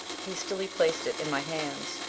hastily placed it in my hands,